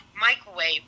microwave